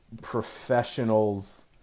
professionals